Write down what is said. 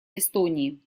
эстонии